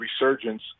resurgence